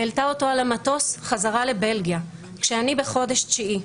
העלתה אותו על המטוס חזרה לבלגיה כשאני בחודש תשיעי.